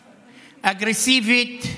אגרסיבית.